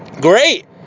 Great